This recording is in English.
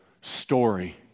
story